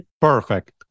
Perfect